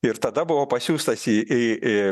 ir tada buvo pasiųstas į į į